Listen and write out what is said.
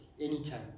anytime